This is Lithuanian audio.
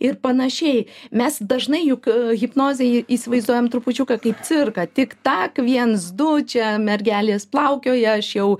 ir panašiai mes dažnai juk hipnozę įsivaizduojam trupučiuką kaip cirką tik tak viens du čia mergelės plaukioja aš jau